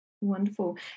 Wonderful